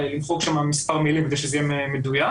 למחוק שם מספר מילים כדי שזה יהיה מדויק.